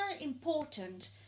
important